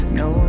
no